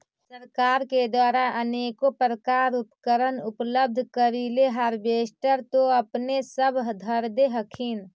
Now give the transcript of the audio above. सरकार के द्वारा अनेको प्रकार उपकरण उपलब्ध करिले हारबेसटर तो अपने सब धरदे हखिन?